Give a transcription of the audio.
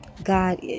God